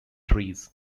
trees